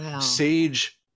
sage